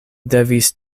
devis